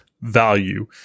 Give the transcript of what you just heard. value